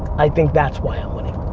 i think that's why i'm winning.